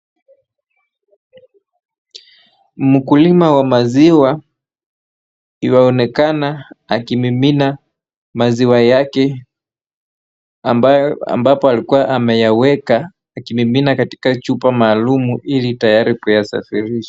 Mkulima wa maziwa ywaonekana akimimina maziwa yake ambayo ambapo alikuwa ameyaweka akimimina katika chupa maalumu ili tayari kuyasafirisha.